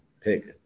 pick